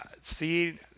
See